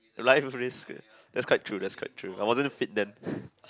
life risk that's quite true that's quite true I wasn't fit then